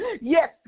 yes